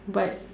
but